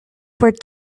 worth